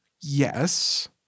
Yes